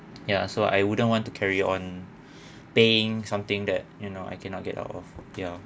ya so I wouldn't want to carry on paying something that you know I cannot get out of